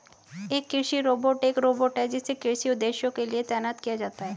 एक कृषि रोबोट एक रोबोट है जिसे कृषि उद्देश्यों के लिए तैनात किया जाता है